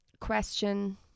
question